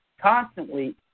constantly